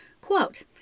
quote